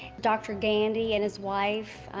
dr. gandy and his wife,